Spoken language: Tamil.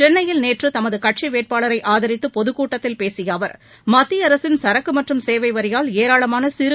சென்னையில் நேற்று தமது கட்சி வேட்பாளரை ஆதித்து பொதுக்கூட்டத்தில் பேசிய அவர் மத்திய அரசின் சரக்கு மற்றும் சேவை வரிபால் ஏராளமான சிறு